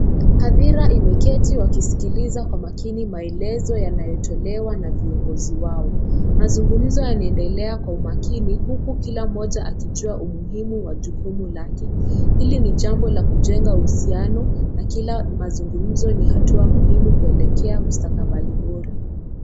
Hadhira imeketi wakisikiliza kwa makini maelezo yanayotolewa na viongozi wao. Mazungumzo yanaendelea kwa umakini huku kila mmoja akijua umuhimu wa jukumu lake. Hili ni jambo la kujenga uhusiano na kila mazungumzo ni hatua muhimu kuelekea mustakabali bora.